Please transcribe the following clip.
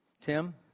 Tim